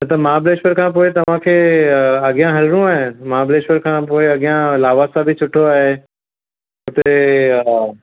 त महाबलेश्वर खां पोइ तव्हांखे अॻियां हलणो आहे छा महाबलेश्वर खां पोइ अॻियां लवासा बि सुठो आहे हुते